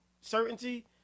Certainty